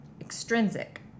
extrinsic